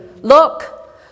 Look